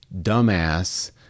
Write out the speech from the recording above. dumbass